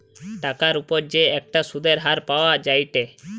টাকার উপর যে একটা সুধের হার পাওয়া যায়েটে